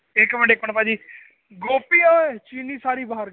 ਇੱਕ ਮਿੰਟ ਇੱਕ ਮਿੰਟ ਭਾਜੀ